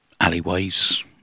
alleyways